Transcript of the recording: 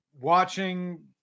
watching